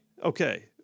Okay